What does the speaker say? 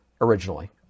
Originally